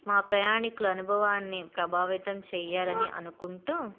మా ప్రయాణికుల అనుభవాన్ని ప్రభావితం చేయాలని అనుకుంటూ